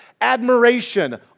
admiration